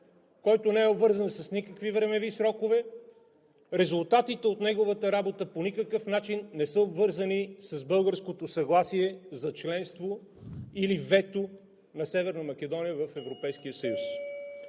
който не е обвързан с никакви времеви срокове, резултатите от неговата работа по никакъв начин не са обвързани с българското съгласие за членство или вето на Северна Македония в Европейския съюз.